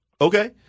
okay